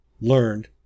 learned